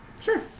Sure